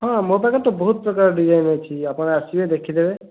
ହଁ ମୋ ପାଖରେ ତ ବହୁତ ପ୍ରକାର ଡିଜାଇନ୍ ଅଛି ଆପଣ ଆସିବେ ଦେଖିଦେବେ